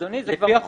אדוני, זה כבר החוק.